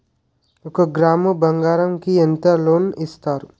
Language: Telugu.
ఒక గ్రాము బంగారం కి ఎంత లోన్ ఇస్తారు?